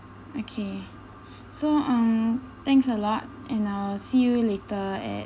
okay so mm thanks a lot and I will see you later at